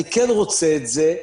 אני כן רוצה את זה.